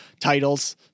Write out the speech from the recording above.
titles